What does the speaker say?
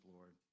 Lord